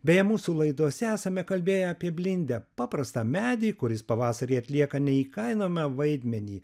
beje mūsų laidose esame kalbėję apie blindę paprastą medį kuris pavasarį atlieka neįkainojamą vaidmenį